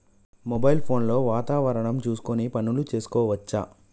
Mobile phone లో వాతావరణం చూసుకొని పనులు చేసుకోవచ్చా?